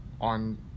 on